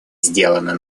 сделанное